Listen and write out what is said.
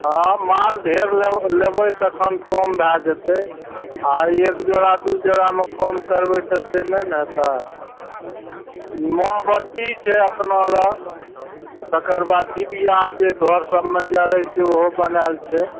हाँ माल ढेर लेब लेबय तखन कम भए जेतय आओर एक जोड़ा दू जोड़ामे कम करबय तऽ से नहि ने हेतय मोमबत्ती छै अपना लग तकर बाद डिबिया जे घर सबमे जरै छै ओहो बनायल छै